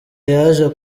yaje